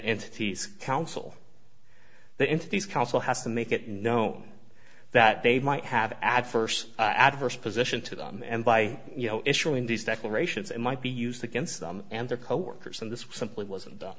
entities council they into these council has to make it known that they might have adverse adverse position to them and by you know issuing these declarations that might be used against them and their coworkers and this simply wasn't done